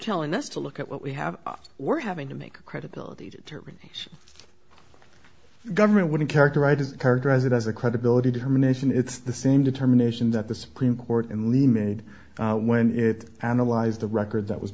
telling us to look at what we have we're having to make credibility determination government wouldn't characterize characterize it as a credibility determination it's the same determination that the supreme court and lee made when it analyzed the record that was